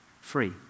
free